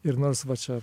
ir nors va čia